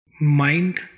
Mind